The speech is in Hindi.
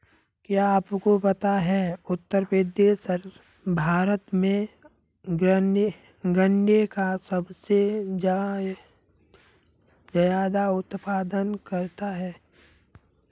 क्या आपको पता है उत्तर प्रदेश भारत में गन्ने का सबसे ज़्यादा उत्पादन करता है?